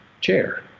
chair